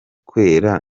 kwera